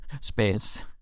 Space